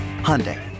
Hyundai